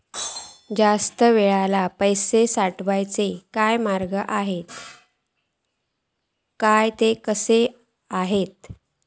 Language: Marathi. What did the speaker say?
जास्त वेळाक पैशे साठवूचे काय मार्ग आसत काय ते कसे हत?